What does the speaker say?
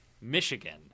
Michigan